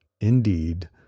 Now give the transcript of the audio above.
indeed